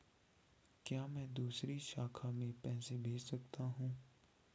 क्या मैं दूसरी शाखा में पैसे भेज सकता हूँ?